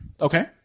Okay